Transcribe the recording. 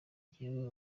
jyewe